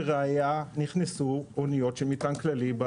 ולראיה נכנסו אניות של מטען כללי ב